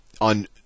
on